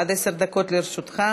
הצעת חוק שירות המדינה (גמלאות)